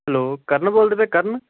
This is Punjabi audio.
ਹੈਲੋ ਕਰਨ ਬੋਲਦੇ ਪਏ ਕਰਨ